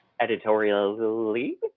Editorially